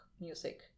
music